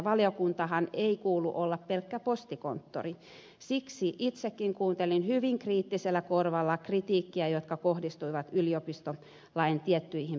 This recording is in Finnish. valiokunnanhan ei kuulu olla pelkkä postikonttori siksi itsekin kuuntelin hyvin kriittisellä korvalla kritiikkiä joka kohdistui yliopistolain tiettyihin pykäliin